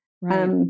Right